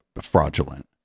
fraudulent